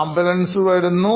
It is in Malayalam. ആംബുലൻസ് വരുന്നു